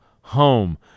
home